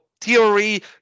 theory